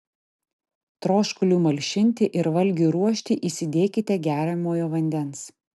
troškuliui malšinti ir valgiui ruošti įsidėkite geriamojo vandens